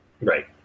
Right